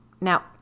Now